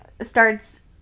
starts